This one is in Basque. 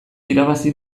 irabazi